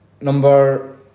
Number